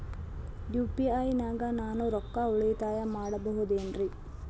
UPI ನಾಗ ನಾನು ರೊಕ್ಕ ಉಳಿತಾಯ ಮಾಡಬಹುದೇನ್ರಿ?